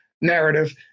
narrative